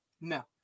No